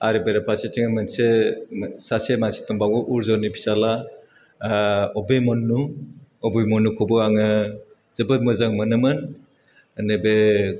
आरो बेराफार्सेथिं मोनसे सासे मानसि दंबावो अर्जुननि फिसाला अभिमन्यु अभिमन्युखौबो आङो जोबोद मोजां मोनोमोन माने बे